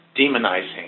demonizing